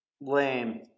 Lame